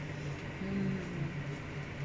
mm